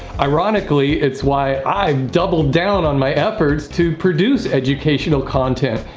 ironically, it's why i doubled down on my efforts to produce educational content.